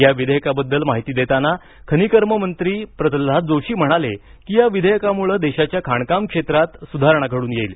या विधेयकाबद्दल माहिती देताना खनिकर्म मंत्री प्रल्हाद जोशी म्हणाले की या विधेयकामुळे देशाच्या खाणकाम क्षेत्रात सुधारणा घडून येईल